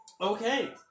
Okay